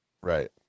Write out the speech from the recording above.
Right